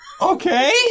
Okay